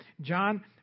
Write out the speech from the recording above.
John